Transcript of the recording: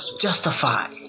justify